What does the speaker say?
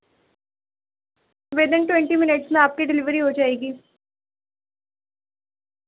with in ٹوئٹی minutes میں آ کی ڈلیوری ہو جائے گی